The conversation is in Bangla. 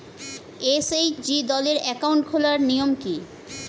এস.এইচ.জি দলের অ্যাকাউন্ট খোলার নিয়ম কী?